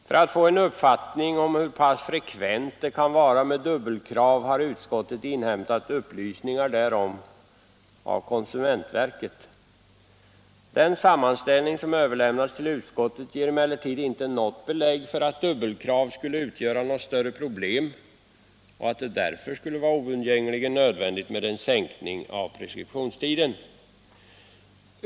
För att få en uppfattning om hur pass frekvent det kan vara med dubbelkrav har utskottet inhämtat upplysningar därom från konsumentverket. Den sammanställning som överlämnats till utskottet ger emellertid inte några belägg för att dubbelkrav skulle utgöra något större problem och att det därför skulle vara oundgängligen nödvändigt med en sänkning av preskriptionstiden.